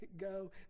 go